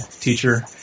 teacher